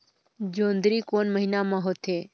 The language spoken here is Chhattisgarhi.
जोंदरी कोन महीना म होथे?